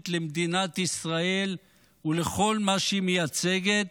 למדינת ישראל ולכל מה שהיא מייצגת,